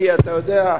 כי אתה יודע,